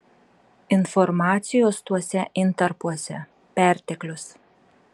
informacijos tuose intarpuose perteklius